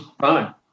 fine